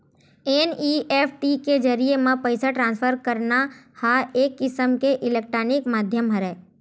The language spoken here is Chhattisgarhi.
एन.इ.एफ.टी के जरिए म पइसा ट्रांसफर करना ह एक किसम के इलेक्टानिक माधियम हरय